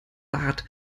wart